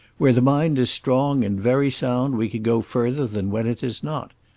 where the mind is strong and very sound we can go further than when it is not.